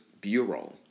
Bureau